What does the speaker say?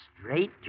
straight